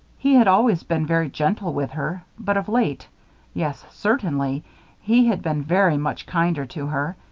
he had always been very gentle with her, but of late yes, certainly he had been very much kinder to her.